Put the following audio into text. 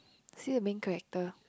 is he the main character